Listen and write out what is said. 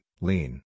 lean